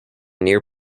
near